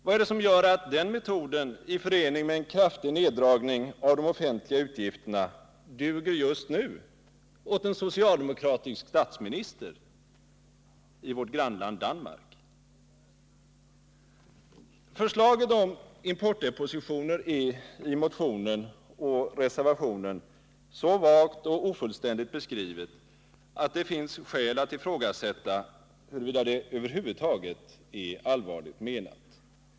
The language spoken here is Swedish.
Vad är det som gör att den metoden — i förening med en kraftig neddragning av de offentliga utgifterna — duger just nu åt en socialdemokratisk statsminister i vårt grannland Danmark? Förslaget om importdepositioner är i motionen och i reservationen så vagt och ofullständigt beskrivet att det finns skäl att ifrågasätta huruvida det över huvud taget är allvarligt menat.